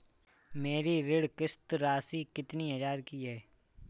मेरी ऋण किश्त राशि कितनी हजार की है?